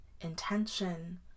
intention